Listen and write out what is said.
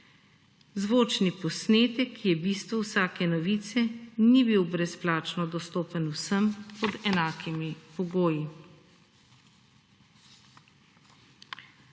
Zvočni posnetek je bistvo vsake novice, ni bil brezplačno dostopen vsem pod enakimi pogoji.